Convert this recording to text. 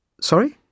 sorry